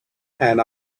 had